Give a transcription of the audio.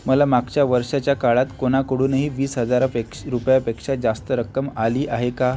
मला मागच्या वर्षाच्या काळात कोणाकडूनही वीस हजारापेक्ष रुपयापेक्षा जास्त रक्कम आली आहे का